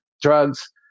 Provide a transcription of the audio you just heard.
drugs